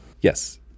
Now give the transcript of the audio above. Yes